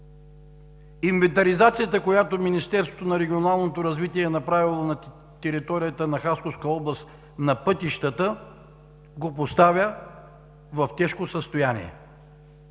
на пътищата, която Министерството на регионалното развитие е направило на територията на Хасковска област, го поставя в тежко състояние.